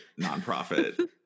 nonprofit